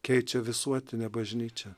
keičia visuotinę bažnyčią